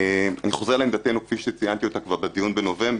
אני חוזר לעמדתנו כפי שציינתי אותה כבר בדיון בנובמבר.